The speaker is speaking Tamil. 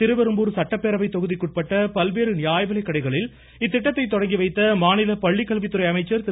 திருவரம்பூர் சட்டப்பேரவைத் இதேபோல் தொகுதிக்குட்பட்ட பல்வேறு நியாயவிலைக்கடைகளில் இந்த திட்டத்தை தொடங்கி வைத்த மாநில பள்ளிக்கல்வித்துறை அமைச்சர் திரு